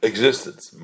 Existence